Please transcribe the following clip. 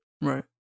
Right